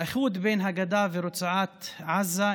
האיחוד בין הגדה לרצועת עזה,